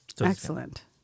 Excellent